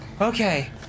Okay